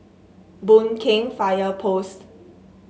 Boon Keng Fire Post